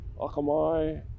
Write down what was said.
Akamai